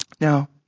now